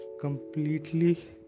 completely